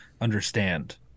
understand